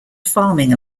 farming